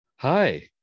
hi